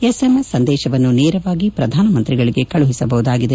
S MS ಸಂದೇಶವನ್ನು ನೇರವಾಗಿ ಪ್ರಧಾನಮಂತ್ರಿಗಳಿಗೆ ಕಳುಹಿಸಬಹುದಾಗಿದೆ